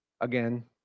again